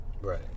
right